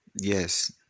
yes